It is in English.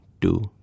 two